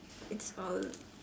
it's all